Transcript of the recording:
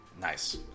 Nice